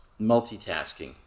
multitasking